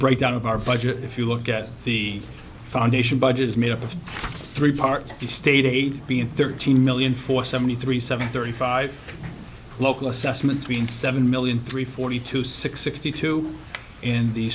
breakdown of our budget if you look at the foundation budget is made up of three parts of the state eight being thirteen million four seventy three seven thirty five local assessments being seven million three forty two six sixty two in the